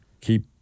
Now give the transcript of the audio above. keep